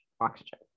oxygen